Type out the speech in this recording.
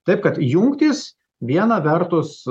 taip kad jungtys viena vertus